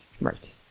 Right